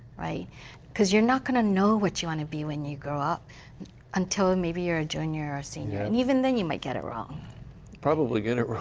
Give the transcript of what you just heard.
because you're not going to know what you want to be when you grow up until maybe you're a junior or senior. and even then, you might get it wrong. daryl probably get it wrong.